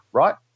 right